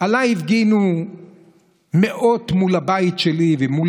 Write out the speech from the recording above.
כלפיי הפגינו מאות מול הבית שלי ומול